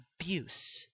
Abuse